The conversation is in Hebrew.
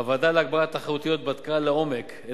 הוועדה להגברת התחרותיות בדקה לעומק את